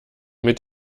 mit